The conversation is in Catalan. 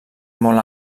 molt